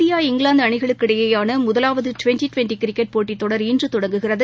India England அணிகளுக்கு இடையேயான முதலாவது டிவெண்டி டிவெண்டி கிரிக்கெட் போட்டித்தொடர் இன்று தொடங்குகிறது